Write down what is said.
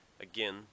again